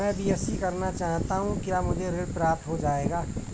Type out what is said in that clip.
मैं बीएससी करना चाहता हूँ क्या मुझे ऋण प्राप्त हो जाएगा?